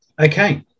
Okay